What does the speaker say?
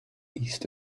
east